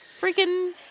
Freaking